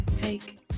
take